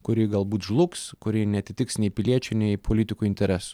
kuri galbūt žlugs kuri neatitiks nei piliečių nei politikų interesų